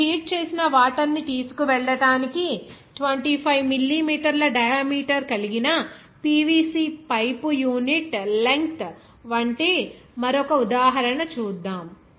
ఇప్పుడు హీట్ చేసిన వాటర్ ని తీసుకెళ్లడానికి 25 మిల్లీమీటర్ల డయామీటర్ కలిగిన పివిసి పైపు యూనిట్ లెంగ్త్ వంటి మరొక ఉదాహరణ చేద్దాం